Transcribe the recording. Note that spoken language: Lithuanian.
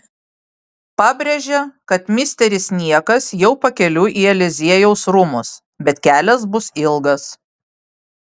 pabrėžia kad misteris niekas jau pakeliui į eliziejaus rūmus bet kelias bus ilgas